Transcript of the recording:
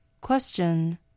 Question